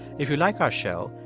if you like our show,